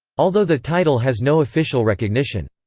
although the title has no official recognition.